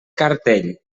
cartell